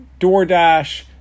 DoorDash